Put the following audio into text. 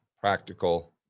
practical